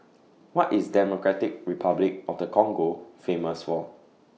What IS Democratic Republic of The Congo Famous For